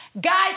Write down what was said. Guys